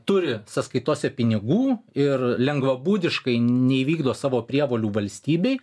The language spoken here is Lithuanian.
turi sąskaitose pinigų ir lengvabūdiškai neįvykdo savo prievolių valstybei